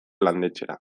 landetxera